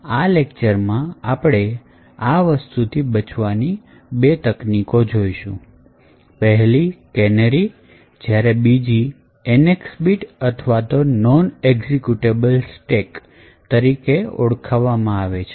આ લેક્ચરમાં આપણે બચવાની બે તકનીકો જોઈશું પહેલી કેનેરી જ્યારે બીજી NX bit અથવા તો નોન એક્ઝિક્યુટેબલ સ્ટેક તરીકે ઓળખાય છે